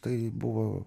tai buvo